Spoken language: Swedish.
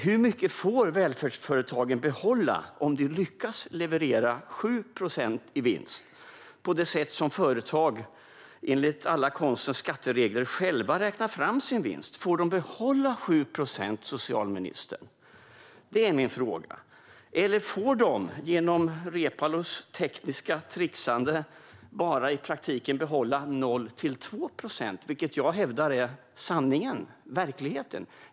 Hur mycket får välfärdsföretagen behålla om de lyckas leverera 7 procent i vinst med det sätt som företag enligt alla konstens skatteregler själva räknar fram sin vinst? Får de behålla 7 procent, socialministern? Det är min fråga. Eller får de, genom Reepalus tekniska trixande, i praktiken behålla bara 0-2 procent, vilket jag hävdar är sanningen och verkligheten?